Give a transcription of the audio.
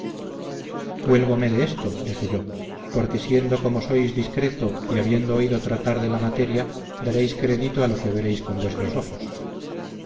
nací huélgome de eso dije yo porque siendo como sois discreto y habiendo oído tratar de la materia daréis crédito a lo que veréis con vuestros ojos